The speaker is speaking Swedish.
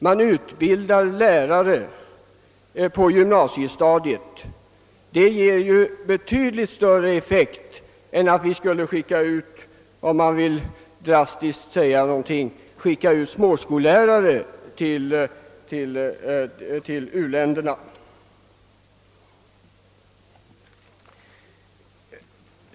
Man utbildar alltså lärare på gymnasiestadiet; det ger ju betydligt större effekt än att skicka ut småskollärare till u-länderna, för att ta ett drastiskt motexempel.